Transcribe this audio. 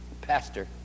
Pastor